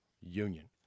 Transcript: union